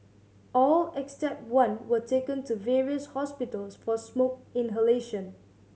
all except one were taken to various hospitals for smoke inhalation